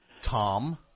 Tom